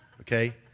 Okay